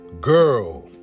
girl